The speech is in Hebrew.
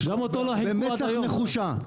במצח נחושה,